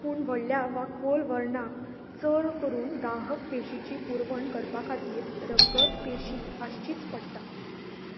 पूण व्हडल्या वा खोल वर्णाक चड करून दाहक पेशीची पुरवण करपा खातीर रगतपेशी आसचीच पडटा